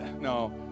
No